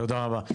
תודה רבה.